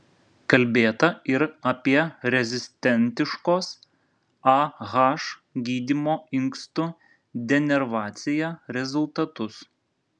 kalbėta ir apie rezistentiškos ah gydymo inkstų denervacija rezultatus